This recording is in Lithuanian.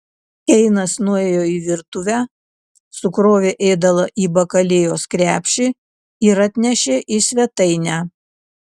keinas nuėjo į virtuvę sukrovė ėdalą į bakalėjos krepšį ir atnešė į svetainę